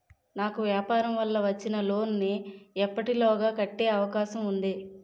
నాకు వ్యాపార వల్ల వచ్చిన లోన్ నీ ఎప్పటిలోగా కట్టే అవకాశం ఉంది?